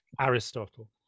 Aristotle